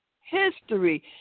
history